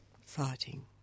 fighting